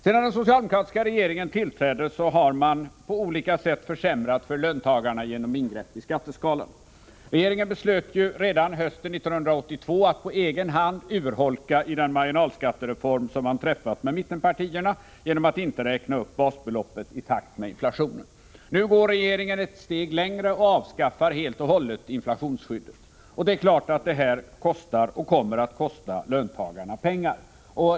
Sedan den socialdemokratiska regeringen tillträdde har den på olika sätt försämrat för löntagarna genom ingrepp i skatteskalorna. Regeringen beslöt ju redan hösten 1982 att på egen hand urholka den marginalskattereform, som man kommit överens om med mittenpartierna, genom att inte räkna upp basbeloppet i takt med inflationen. Nu går regeringen ett steg längre och avskaffar inflationsskyddet helt och hållet. Det är klart att detta kostar och kommer att kosta löntagarna pengar.